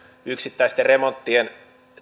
yksittäisten remonttien